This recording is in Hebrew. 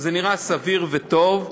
זה נראה סביר וטוב,